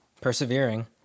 persevering